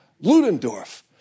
Ludendorff